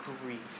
grief